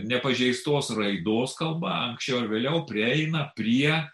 nepažeistos raidos kalba anksčiau ar vėliau prieina prie